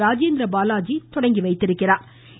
ராஜேந்திர பாலாஜி தொடங்கி வைத்துள்ளாா்